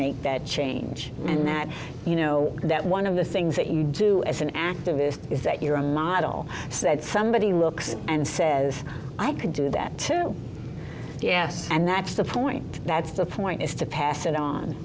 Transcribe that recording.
make that change and that you know that one of the things that you do as an activist is that you're a model said somebody who looks and says i could do that too yes and that's the point that's the point is to pass it on